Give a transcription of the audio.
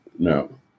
No